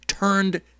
turned